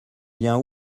bien